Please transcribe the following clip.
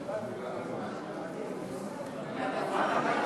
17 בעד, 31 מתנגדים, אין נמנעים.